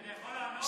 אני יכול לענות?